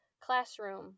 classroom